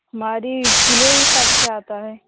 हमारा किलो हिसाब से आता है